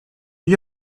you